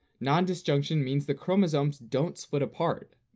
non-disjunction means the chromosomes don't split apart.